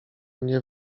mnie